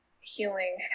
healing